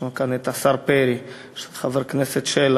יש לנו כאן את השר פרי, את חבר הכנסת שלח,